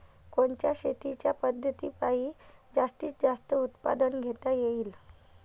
कोनच्या शेतीच्या पद्धतीपायी जास्तीत जास्त उत्पादन घेता येईल?